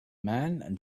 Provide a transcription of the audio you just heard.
man